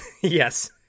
Yes